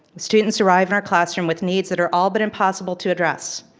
students arrive in our classroom with needs that are all but impossible to address.